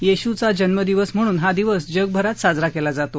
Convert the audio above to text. येशूचा जन्मदिवस म्हणून हा दिवस जगभरात साजरा केला जातो